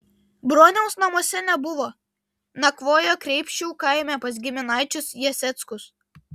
broniaus namuose nebuvo nakvojo kreipšių kaime pas giminaičius jaseckus